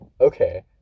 Okay